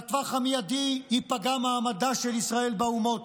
בטווח המיידי ייפגע מעמדה של ישראל באומות,